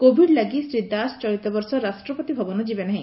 Covid ଲାଗି ଶ୍ରୀ ଦାସ ଚଳିତବର୍ଷ ରାଷ୍ଟ୍ରପତିଭବନ ଯିବେ ନାହି